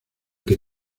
que